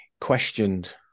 questioned